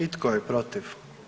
I tko je protiv?